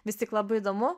vis tik labai įdomu